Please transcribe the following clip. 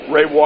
Ray